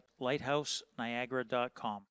lighthouseniagara.com